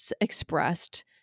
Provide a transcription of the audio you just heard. expressed